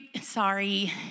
sorry